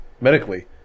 medically